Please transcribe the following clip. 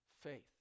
faith